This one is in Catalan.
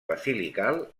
basilical